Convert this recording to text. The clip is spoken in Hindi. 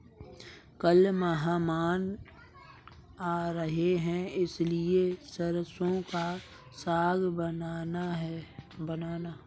कल मेहमान आ रहे हैं इसलिए सरसों का साग बनाना